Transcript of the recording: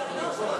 התשע"ו 2016,